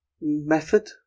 Method